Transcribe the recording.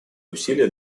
усилия